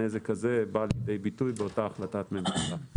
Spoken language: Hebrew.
הנזק הזה בא לידי ביטוי באותה החלטת ממשלה.